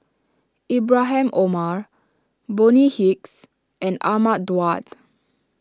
Ibrahim Omar Bonny Hicks and Ahmad Daud